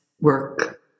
work